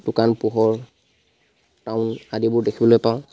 দোকান পোহাৰ টাউন আদিবোৰ দেখিবলৈ পাওঁ